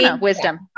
wisdom